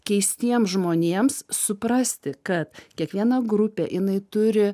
keistiem žmonėms suprasti kad kiekviena grupė jinai turi